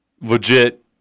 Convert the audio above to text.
legit